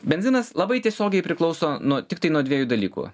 benzinas labai tiesiogiai priklauso nuo tiktai nuo dviejų dalykų